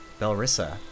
Belrissa